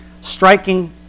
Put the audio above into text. striking